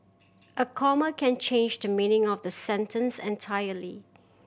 a comma can change the meaning of the sentence entirely